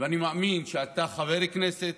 ואני מאמין שאתה, חבר כנסת